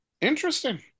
Interesting